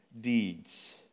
deeds